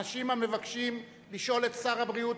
אנשים המבקשים לשאול את שר הבריאות,